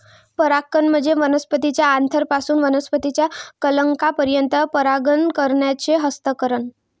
परागकण म्हणजे वनस्पतीच्या अँथरपासून वनस्पतीच्या कलंकापर्यंत परागकणांचे हस्तांतरण